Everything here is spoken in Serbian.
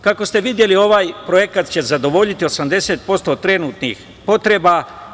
Kako ste videli, ovaj projekat će zadovoljiti 80% trenutnih potreba.